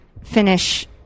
finish